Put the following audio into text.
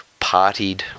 partied